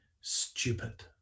stupid